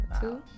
Two